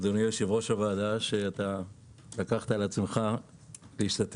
אדוני יושב-ראש הוועדה שלקחת על עצמך להשתתף